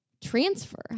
transfer